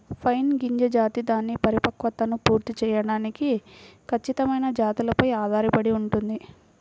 pine గింజ జాతి దాని పరిపక్వతను పూర్తి చేయడానికి ఖచ్చితమైన జాతులపై ఆధారపడి ఉంటుంది